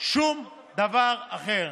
שום דבר אחר.